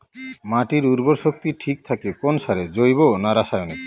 মাটির উর্বর শক্তি ঠিক থাকে কোন সারে জৈব না রাসায়নিক?